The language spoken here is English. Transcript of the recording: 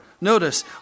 Notice